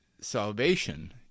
salvation